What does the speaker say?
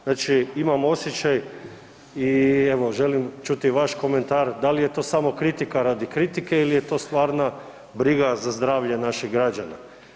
Znači imam osjećaj i želi čuti vaš komentar da li je to samo kritika radi kritike ili je to stvarna briga za zdravlje naših građana.